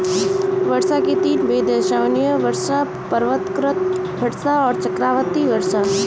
वर्षा के तीन भेद हैं संवहनीय वर्षा, पर्वतकृत वर्षा और चक्रवाती वर्षा